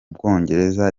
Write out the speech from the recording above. bwongereza